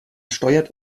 steuert